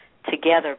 together